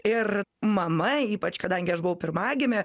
ir mama ypač kadangi aš buvau pirmagimė